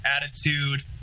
attitude